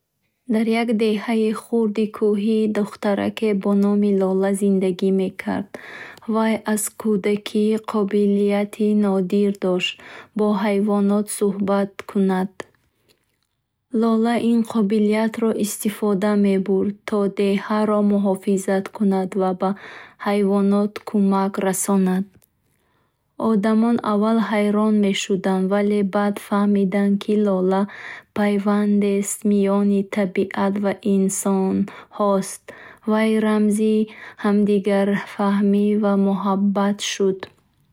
Дар як деҳаи хурди кӯҳӣ духтараке бо номи Лола зиндагӣ мекард. Вай аз кӯдакӣ қобилияти нодир дошт бо ҳайвонот суҳбат кунад. Лола ин қобилиятро истифода мебурд, то деҳаро муҳофизат кунад ва ба ҳайвонот кумак расонад. Одамон аввал ҳайрон мешуданд, вале баъд фаҳмиданд, ки Лола пайвандест миёни табиат ва инсонҳост. Вай рамзи ҳамдигарфаҳмӣ ва муҳаббат шуд.